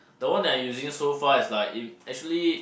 the one that I using so far is like it actually